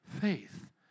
faith